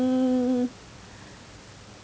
mm